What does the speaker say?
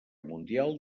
mundial